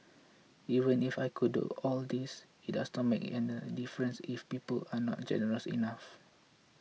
even if I could do all this it does not make a difference if people aren't generous enough